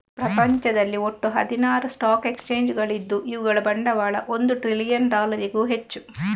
ಪ್ರಪಂಚದಲ್ಲಿ ಒಟ್ಟು ಹದಿನಾರು ಸ್ಟಾಕ್ ಎಕ್ಸ್ಚೇಂಜುಗಳಿದ್ದು ಇವುಗಳ ಬಂಡವಾಳ ಒಂದು ಟ್ರಿಲಿಯನ್ ಡಾಲರಿಗೂ ಹೆಚ್ಚು